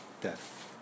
death